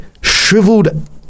Shriveled